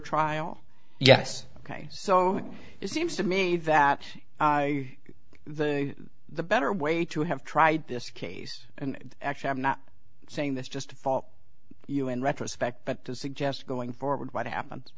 trial yes ok so it seems to me that the the better way to have tried this case and actually i'm not saying this just to fall in retrospect but to suggest going forward what happen